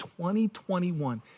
2021